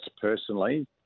personally